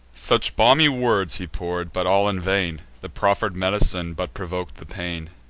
such balmy words he pour'd, but all in vain the proffer'd med'cine but provok'd the pain.